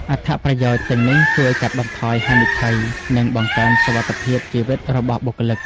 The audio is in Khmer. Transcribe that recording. អត្ថប្រយោជន៍ទាំងនេះជួយកាត់បន្ថយហានិភ័យ និងបង្កើនសុវត្ថិភាពជីវិតរបស់បុគ្គលិក។